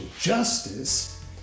justice